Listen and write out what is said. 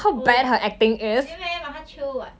oh really meh but 她 chio [what]